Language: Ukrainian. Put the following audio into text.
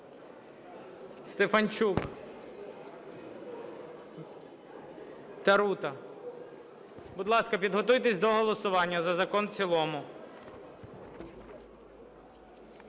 Стефанчук. Тарута. Будь ласка, підготуйтесь до голосування за закон в цілому.